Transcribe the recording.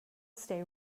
stay